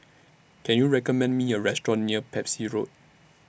Can YOU recommend Me A Restaurant near Pepys Road